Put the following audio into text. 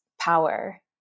power